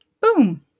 boom